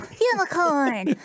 Unicorn